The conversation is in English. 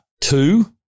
two